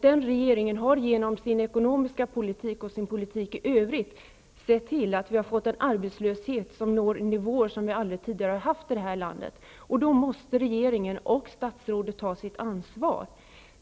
Den regeringen har genom sin ekonomiska politik och sin politik i övrigt sett till att vi har fått en arbetslöshet, som når nivåer som vi aldrig tidigare haft i det här landet. Då måste regeringen och statsrådet ta sitt ansvar.